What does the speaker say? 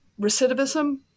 recidivism